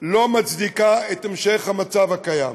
לא מצדיקה את המשך המצב הקיים.